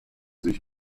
sich